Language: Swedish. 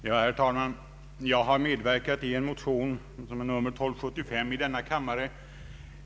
Herr talman! Jag har medverkat i en motion nr 1275 i denna kammare.